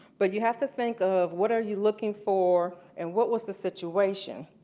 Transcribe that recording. but you have to think of what are you looking for and what was the situation.